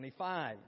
25